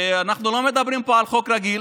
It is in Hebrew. אנחנו לא מדברים פה על חוק רגיל.